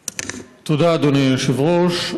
תודה, אדוני היושב-ראש.